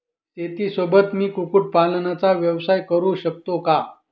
शेतीसोबत मी कुक्कुटपालनाचा व्यवसाय करु शकतो का?